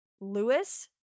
Lewis